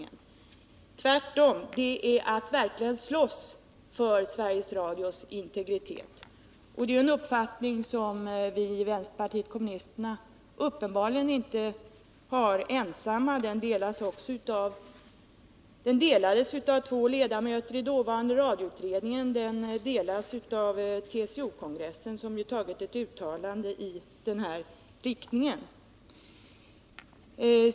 Tvärtom! Det är att verkligen slåss för Sveriges Radios integritet. Och detta är en uppfattning som vi i vänsterpartiet kommunisterna uppenbarligen inte är ensamma om. Den delades av två ledamöter i dåvarande radioutredningen, och den delas av TCO-kongressen, som tagit ett uttalande i den här riktningen.